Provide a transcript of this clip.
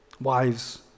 Wives